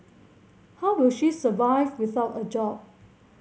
how will she survive without a job